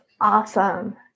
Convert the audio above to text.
awesome